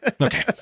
Okay